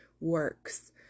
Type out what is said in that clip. works